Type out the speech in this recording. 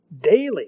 daily